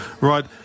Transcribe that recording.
right